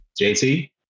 JT